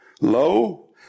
lo